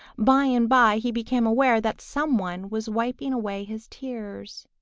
by and by he became aware that someone was wiping away his tears.